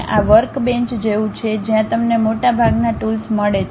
આ વર્કબેંચ જેવું છે જ્યાં તમને મોટાભાગનાં ટૂલ્સ મળે છે